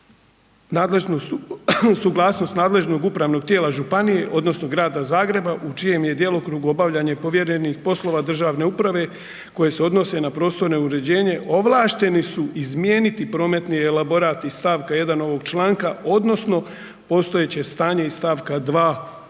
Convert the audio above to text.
suglasnost nadležnog upravnog tijela županije odnosno Grada Zagreba u čijem je djelokrugu obavljanje povjerenih poslova državne uprave koje se odnosi na prostorno uređenje ovlašteni su izmijeniti prometni elaborat iz stavka 1. ovog članka odnosno postojeće stanje iz stavka 2. ovoga